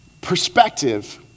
perspective